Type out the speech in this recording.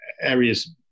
areas